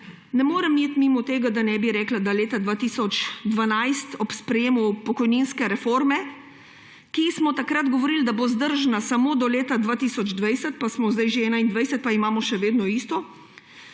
Ne morem iti mimo tega, da ne bi rekla, da leta 2012 ob sprejetju pokojninske reforme, za katero smo takrat govorili, da bo vzdržna samo do leta 2020, pa smo zdaj že 2021 pa imamo še vedno isto,